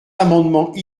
amendements